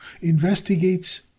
investigates